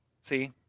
See